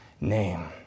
Name